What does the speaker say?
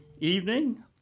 evening